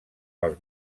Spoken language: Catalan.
els